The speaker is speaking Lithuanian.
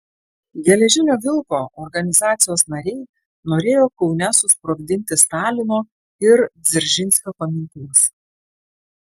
geležinio vilko organizacijos nariai norėjo kaune susprogdinti stalino ir dzeržinskio paminklus